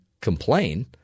complain